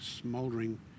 smouldering